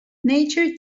nature